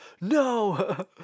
no